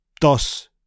thus